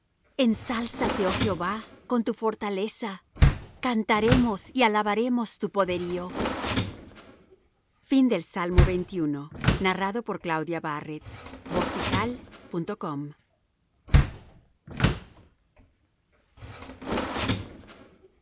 ensálzate oh jehová con tu fortaleza cantaremos y alabaremos tu poderío